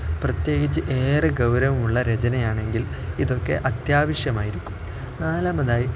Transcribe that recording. പ്രത്യേകിച്ച് ഏറെ ഗൗരവമുള്ള രചനയാണെങ്കിൽ ഇതൊക്കെ അത്യാവശ്യമായിരിക്കും നാലാമതായി